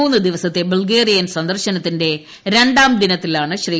മൂന്നു ദിവസത്തെ ബൾഗേറിയൻ സന്ദർശനത്തിന്റെ രണ്ടാം ദിനത്തിലാണ് ശ്രീ